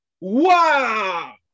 wow